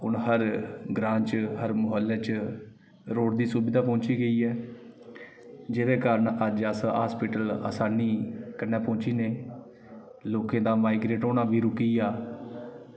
हून हर ग्रांऽ च हर मोह्ल्लै च रोड दी सुविधा पहुंची गेई ऐ जेह्दे कारण अज्ज अस हॉस्पिटल आसानी कन्नै पुज्जी ने लोकें दा माइग्रेट होना बी रुक्की आ